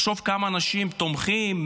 חשוב כמה אנשים תומכים,